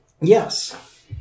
Yes